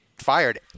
fired